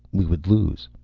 we would lose.